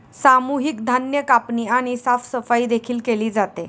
सामूहिक धान्य कापणी आणि साफसफाई देखील केली जाते